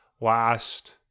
last